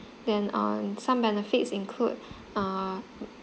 then um some benefits include uh